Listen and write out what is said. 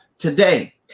Today